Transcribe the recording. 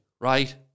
right